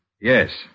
Yes